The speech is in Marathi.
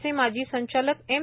चे माजी संचालक एम